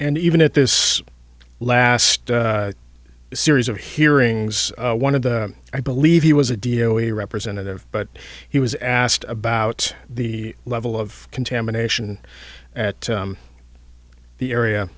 and even at this last series of hearings one of the i believe he was a dio a representative but he was asked about the level of contamination at the area